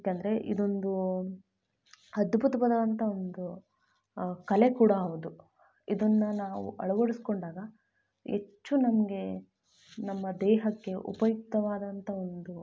ಯಾಕಂದರೆ ಇದೊಂದು ಅದ್ಭುತ್ವಾದಂಥ ಒಂದು ಕಲೆ ಕೂಡ ಹೌದು ಇದನ್ನ ನಾವು ಅಳವಡ್ಸ್ಕೊಂಡಾಗ ಹೆಚ್ಚು ನಮಗೆ ನಮ್ಮ ದೇಹಕ್ಕೆ ಉಪಯುಕ್ತವಾದಂಥ ಒಂದು